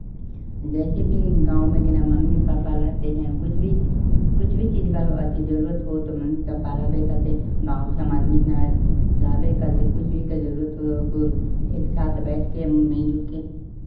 जैसे भी गाँव में केना मम्मी पापा रहते हैं कुछ भी कुछ भी चीज़ का ओ अथि ज़रुरत हो तो मन पप्पा रहबे करते गाँव समाज में इतना रहबे करते कुछ भी का ज़रुरत हो को के साथ बैठकर मिलजुल कर